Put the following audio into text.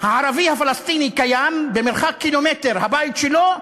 הערבי הפלסטיני קיים במרחק קילומטר מהבית שלו,